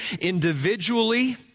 individually